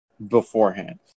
Beforehand